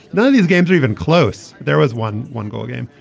none of these games are even close. there was one one goal game.